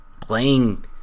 playing